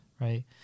right